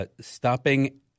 Stopping